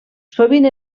sovint